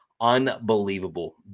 Unbelievable